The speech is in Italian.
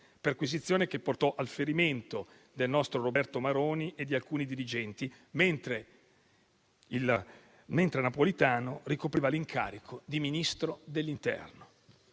Lega sul Po), che portò al ferimento del nostro Roberto Maroni e di alcuni dirigenti, mentre Napolitano ricopriva l'incarico di ministro dell'interno.